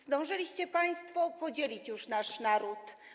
Zdążyliście państwo podzielić już nasz naród.